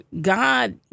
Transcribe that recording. God